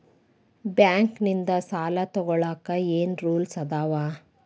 Bank ನಿಂದ್ ಸಾಲ ತೊಗೋಳಕ್ಕೆ ಏನ್ ರೂಲ್ಸ್ ಅದಾವ?